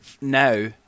now